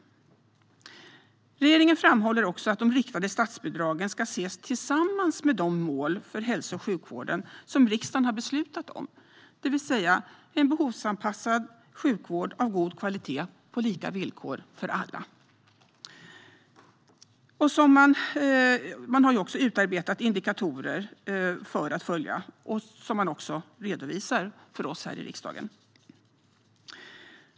Regeringen framhåller också att de riktade statsbidragen ska ses tillsammans med de mål för hälso och sjukvården som riksdagen har beslutat om, det vill säga en behovsanpassad sjukvård av god kvalitet på lika villkor för alla. Den har också utarbetat indikatorer att följa som den redovisar för oss här riksdagen.